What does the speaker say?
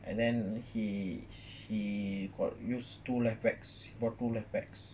and then he he got used two left backs he bought two left backs